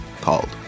called